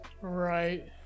Right